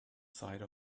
side